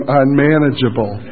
unmanageable